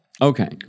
Okay